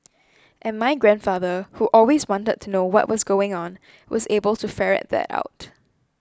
and my grandfather who always wanted to know what was going on was able to ferret that out